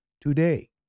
today